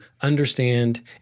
understand